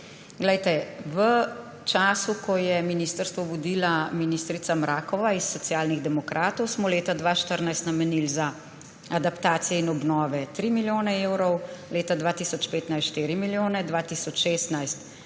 ali 59. V času, ko je ministrstvo vodila ministrica Mrakova iz Socialnih demokratov, smo leta 2014 namenili za adaptacije in obnove 3 milijone evrov, leta 2015 4 milijone, leta 2016 manj